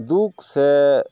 ᱫᱩᱠ ᱥᱮ